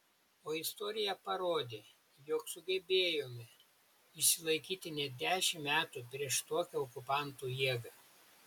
o istorija parodė jog sugebėjome išsilaikyti net dešimt metų prieš tokią okupantų jėgą